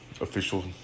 official